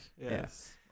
Yes